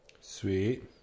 Sweet